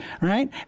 right